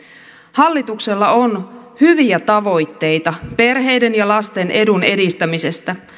hallituksella on hyviä tavoitteita perheiden ja lasten edun edistämisestä